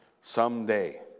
someday